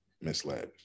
misled